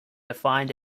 defined